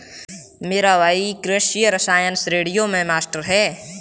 मेरा भाई कृषि रसायन श्रेणियों में मास्टर है